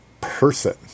person